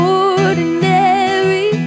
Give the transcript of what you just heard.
ordinary